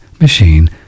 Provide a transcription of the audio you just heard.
Machine